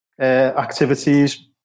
activities